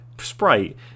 sprite